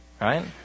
Right